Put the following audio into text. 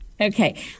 Okay